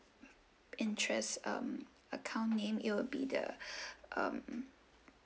interest um account name it will be the um